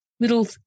little